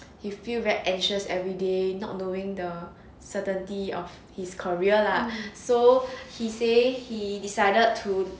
he feel very anxious everyday not knowing the certainty of his career lah so he say he decided to